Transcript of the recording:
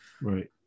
right